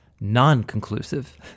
non-conclusive